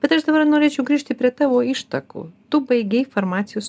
bet aš dabar norėčiau grįžti prie tavo ištakų tu baigei farmacijos